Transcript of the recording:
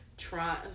Try